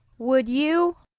would you,